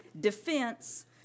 defense